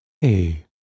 hey